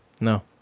No